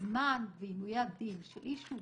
לא הייתי מוזמן לדיונים שהייתה חובה לזמן אותי אליהם.